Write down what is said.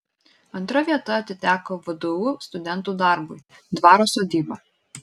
antra vieta atiteko vdu studentų darbui dvaro sodyba